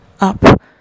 up